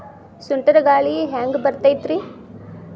ಸುಂಟರ್ ಗಾಳಿ ಹ್ಯಾಂಗ್ ಬರ್ತೈತ್ರಿ?